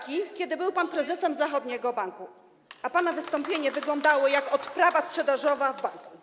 kiedy był pan prezesem zachodniego banku, a pana wystąpienie wyglądało jak odprawa sprzedażowa w banku.